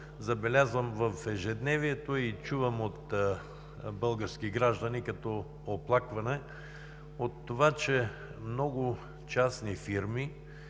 забелязвам в ежедневието и чувам от български граждани като оплакване от това, че много частни фирми